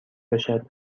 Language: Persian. باشد